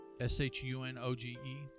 S-H-U-N-O-G-E